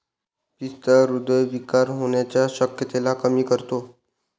पिस्ता हृदय विकार होण्याच्या शक्यतेला कमी करतो